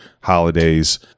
holidays